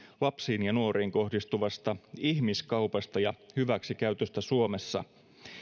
lapsiin ja nuoriin kohdistuvasta ihmiskaupasta ja hyväksikäytöstä suomessa